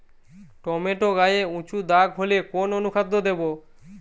Tomato গায়ে উচু দাগ হলে কোন অনুখাদ্য দেবো?